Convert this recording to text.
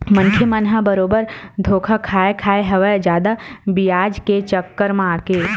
मनखे मन ह बरोबर धोखा खाय खाय हवय जादा बियाज के चक्कर म आके